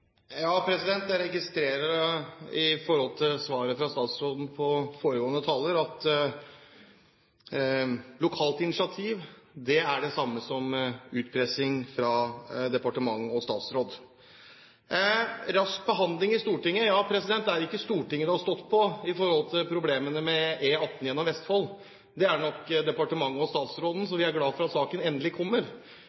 Jeg registrerer når det gjelder svaret fra statsråden til foregående taler, at lokalt initiativ er det samme som utpressing fra departement og statsråd. Rask behandling i Stortinget: Det er ikke Stortinget det har stått på når det gjelder problemene med E18 gjennom Vestfold. Det er nok departementet og statsråden,